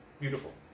Beautiful